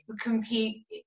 compete